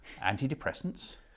Antidepressants